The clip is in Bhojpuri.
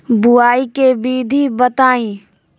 बुआई के विधि बताई?